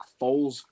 Foles